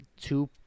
two